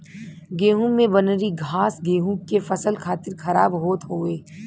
गेंहू में बनरी घास गेंहू के फसल खातिर खराब होत हउवे